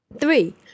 Three